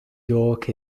york